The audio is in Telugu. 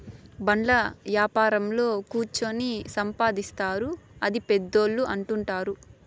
బాండ్ల యాపారంలో కుచ్చోని సంపాదిత్తారు అని పెద్దోళ్ళు అంటుంటారు